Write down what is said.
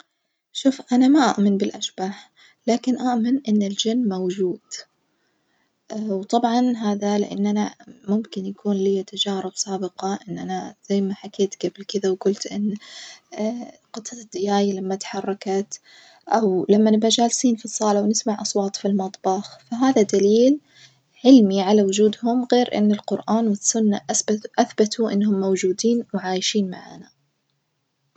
شوف أنا ما أؤمن بالأشباح لكن أؤمن إن الجن موجود، وطبعًا هذا لأن أنا ممكن يكون ليا تجارب سابقة إن أنا زي ما حكيت جبل كدة وجلت إن قطعة الدياي لما إتحركت أو لما نبجى جالسين في الصالة ونسمع أصوات في المطبخ فهذا دليل علمي على وجودهم غير إن القرآن والسنة أسبت أثبتوا إنهم موجودين وعايشين معانا.